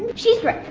she's right,